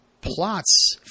plots